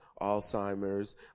Alzheimer's